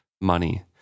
money